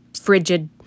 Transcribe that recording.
frigid